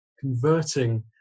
converting